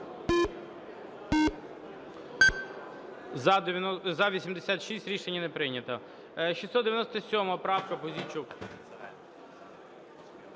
За-66 Рішення не прийнято.